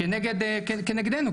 כנגדנו,